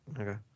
okay